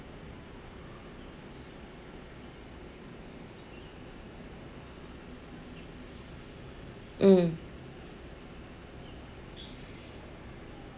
mm